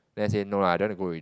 then no lah I don't wanna go already